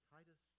Titus